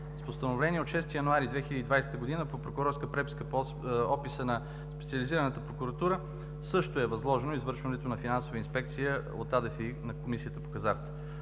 С постановление от 6 януари 2020 г., по прокурорска преписка по описа на Специализираната прокуратура, също е възложено извършването на финансова инспекция от Агенцията за